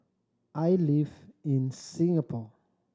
I live in Singapore